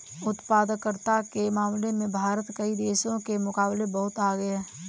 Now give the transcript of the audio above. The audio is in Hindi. उत्पादकता के मामले में भारत कई देशों के मुकाबले बहुत आगे है